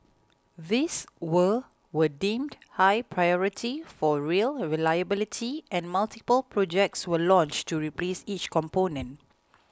these were were deemed high priority for rail reliability and multiple projects were launched to replace each component